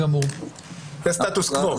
זה הסטטוס קוו.